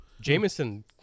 Jameson